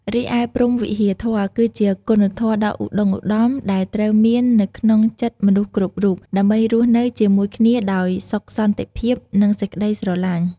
រីឯព្រហ្មវិហារធម៌ គឺជាគុណធម៌ដ៏ឧត្តុង្គឧត្តម ដែលត្រូវមាននៅក្នុងចិត្តមនុស្សគ្រប់រូប ដើម្បីរស់នៅជាមួយគ្នាដោយសុខសន្តិភាព និងសេចក្តីស្រឡាញ់។